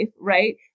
Right